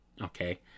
Okay